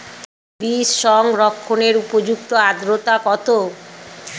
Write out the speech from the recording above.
বীজ সংরক্ষণের উপযুক্ত আদ্রতা কত?